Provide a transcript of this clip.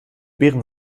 beeren